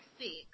six